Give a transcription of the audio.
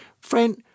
Friend